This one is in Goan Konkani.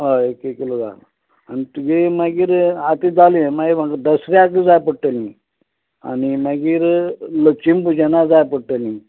हय एक एक किलो दाड आनी तुगे मागीर आतां जालें माई म्हाका दसऱ्याक जाय पडटलीं आनी मागीर लक्ष्मीपुजना जाय पडटलीं